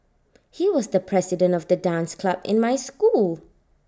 he was the president of the dance club in my school